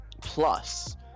plus